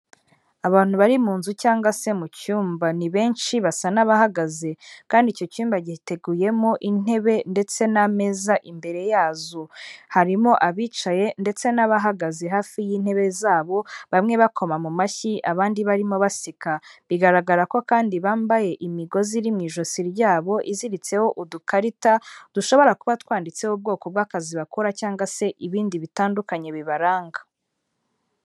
Abantu bari mu nzu cyangwa se mu cyumba ni benshi basa n'abahagaze, kandi icyo cyumba giteguyemo intebe ndetse n'ameza imbere yazo. Harimo abicaye ndetse n'abahagaze hafi y'intebe zabo, bamwe bakoma mu mashyi abandi barimo baseka. Bigaragara ko kandi bambaye imigozi iri mu ijosi ryabo iziritseho udukarita dushobora kuba twanditseho ubwoko bw'akazi bakora cyangwa se ibindi bitandukanye bibaranga.